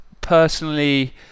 personally